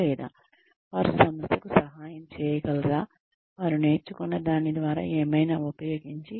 లేదా వారు సంస్థకు సహాయం చేయగలరా వారు నేర్చుకున్నదాని ద్వారా ఏమైనా ఉపయోగించి